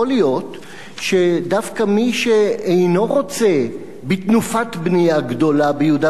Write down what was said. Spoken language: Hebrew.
יכול להיות שדווקא מי שאינו רוצה בתנופת בנייה גדולה ביהודה